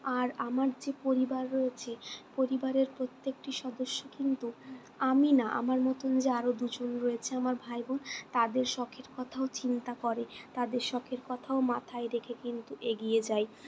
আর আমার যে পরিবার রয়েছে পরিবারের প্রত্যেকটি সদস্য কিন্তু আমি না আমার মতন যে আরও দুজন রয়েছে আমার ভাই বোন তাদের শখের কথাও চিন্তা করে তাদের শখের কথাও মাথায় রেখে কিন্তু এগিয়ে যায়